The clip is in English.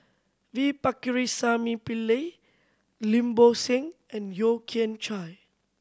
V Pakirisamy Pillai Lim Bo Seng and Yeo Kian Chye